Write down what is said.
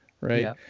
Right